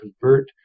convert